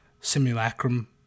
simulacrum